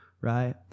right